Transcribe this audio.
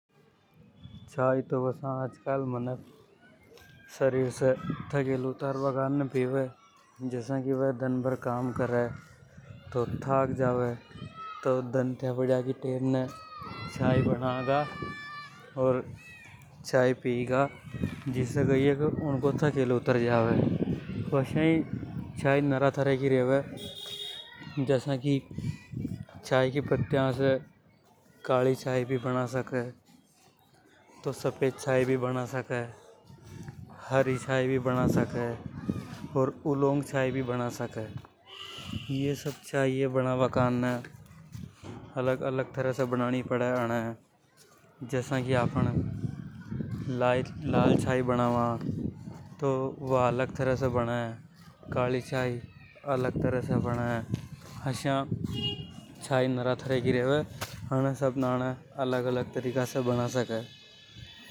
चाय तो आजकल मनक शरीर से थकेलो उतार बा कारने पीवे। जसा की वे दन भर काम करे तो थक जावे तो दन तया पढ़या की टेम पे चाय बना गा अर चाय पिगा जिसे कई हे के उन को थकेलो उतर जावे। वसई चाय नरा तरह की रेवे जसा की चाय की पत्तियां से काली चाय भी बना सके तो सफेद चाय भी बना सके हरि चाय भी बना सके और उल्लोंग चाय भी बना सके। अलग-अलग तरह से बनावे जसा की आपन लाल चाय बनावा तो वा अलग तरह से बने काली चाय अगल तरह से बने अर चाय नरा तरह की रेवे अणे अलग-अलग तरह से बना सके।